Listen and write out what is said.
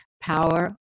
power